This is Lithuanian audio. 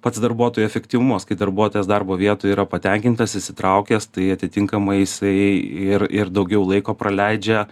pats darbuotojų efektyvumas kai darbuotojas darbo vietoj yra patenkintas įsitraukęs tai atitinkamai jisai ir ir daugiau laiko praleidžia